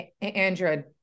Andrea